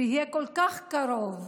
שיהיה כל כך קרוב,